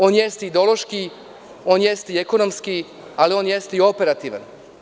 On jeste ideološki, on jeste i ekonomski, ali on jeste i operativan.